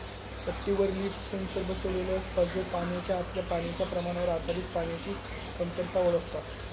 पट्टीवर leaf sensor बसवलेलो असता, जो पानाच्या आतल्या पाण्याच्या प्रमाणावर आधारित पाण्याची कमतरता ओळखता